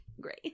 great